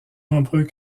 nombreux